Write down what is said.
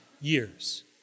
years